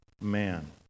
man